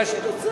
למה אתה מתנצל?